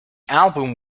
album